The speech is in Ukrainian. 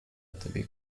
тобі